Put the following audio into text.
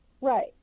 Right